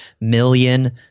million